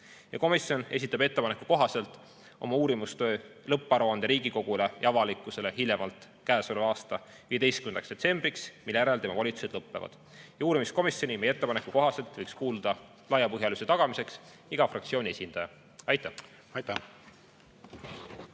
Komisjon esitab ettepaneku kohaselt oma uurimistöö lõpparuande Riigikogule ja avalikkusele hiljemalt käesoleva aasta 15. detsembriks, mille järel tema volitused lõppevad. Ja uurimiskomisjoni meie ettepaneku kohaselt võiks kuuluda laiapõhjalisuse tagamiseks iga fraktsiooni esindaja. Aitäh!